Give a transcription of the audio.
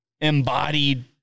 embodied